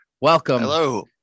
Welcome